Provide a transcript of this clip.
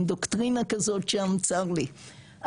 אין דוקטרינה כזאת שם צר לי,